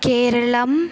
केरलम्